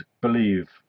believe